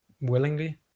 willingly